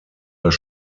das